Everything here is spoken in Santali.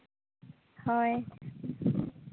ᱦᱳᱭ